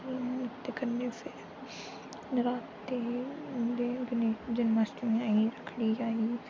ते कन्नै फिर नराते औंदे कन्नै जन्माष्टमी आई रक्खड़ी आई